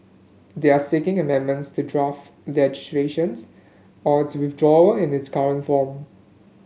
they are seeking amendments to draft their legislation or its withdrawal in its current form